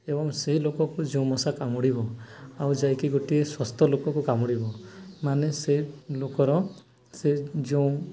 ଏବଂ ସେ ଲୋକକୁ ଯୋଉ ମଶା କାମୁଡ଼ିବ ଆଉ ଯାଇକି ଗୋଟିଏ ସ୍ୱସ୍ଥ ଲୋକକୁ କାମୁଡ଼ିବ ମାନେ ସେ ଲୋକର ସେ ଯେଉଁ